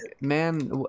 man